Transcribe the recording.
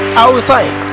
outside